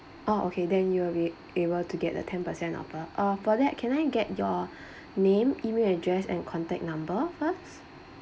oh okay then you will be able to get the ten percent offer uh for that can I get your name email address and contact number first